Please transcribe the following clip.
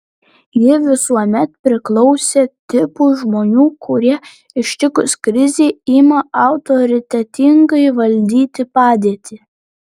ji visuomet priklausė tipui žmonių kurie ištikus krizei ima autoritetingai valdyti padėtį